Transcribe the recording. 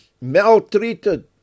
maltreated